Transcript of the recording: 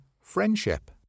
Friendship